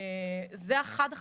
זה אחד חסמים.